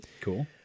Cool